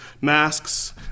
masks